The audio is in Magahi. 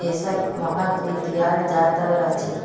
देशत महत्व दयाल जा त रह छेक